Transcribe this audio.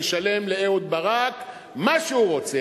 אני אשלם לאהוד ברק מה שהוא רוצה.